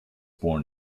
born